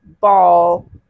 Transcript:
Ball